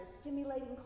stimulating